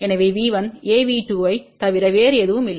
எனவே V1 AV2ஐத் தவிர வேறு எதுவும் இல்லை